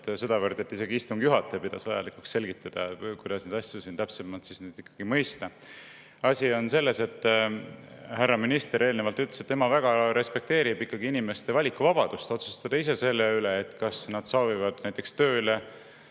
sedavõrd, et isegi istungi juhataja pidas vajalikuks selgitada, kuidas neid asju täpsemalt mõista. Asi on selles, et härra minister eelnevalt ütles, et tema väga respekteerib inimeste valikuvabadust otsustada ise selle üle, kas nad soovivad näiteks tööle